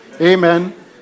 Amen